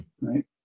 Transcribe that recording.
Right